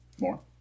More